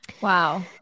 Wow